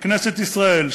מכנסת ישראל,